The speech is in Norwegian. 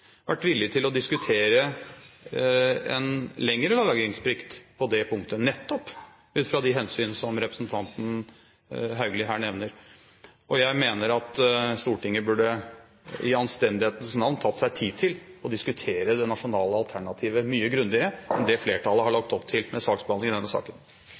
vært villig til å diskutere en lengre lagringsplikt på det punktet, nettopp ut fra de hensyn som representanten Haugli her nevner. Jeg mener at Stortinget i anstendighetens navn burde tatt seg tid til å diskutere det nasjonale alternativet mye grundigere enn det flertallet har lagt opp til med saksbehandlingen i denne saken.